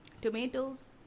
tomatoes